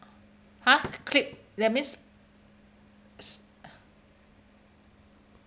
!huh! click that means